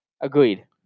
Agreed